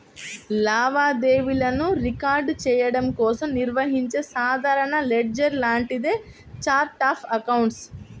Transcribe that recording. లావాదేవీలను రికార్డ్ చెయ్యడం కోసం నిర్వహించే సాధారణ లెడ్జర్ లాంటిదే ఛార్ట్ ఆఫ్ అకౌంట్స్